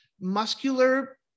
muscular